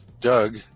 Doug